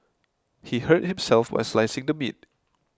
he hurt himself while slicing the meat